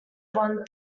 won